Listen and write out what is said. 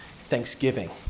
thanksgiving